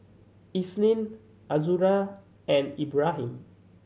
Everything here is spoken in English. Isnin Azura and Ibrahim